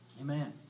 Amen